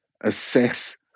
assess